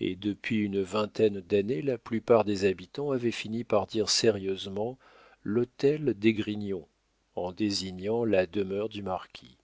et depuis une vingtaine d'années la plupart des habitants avaient fini par dire sérieusement l'hôtel d'esgrignon en désignant la demeure du marquis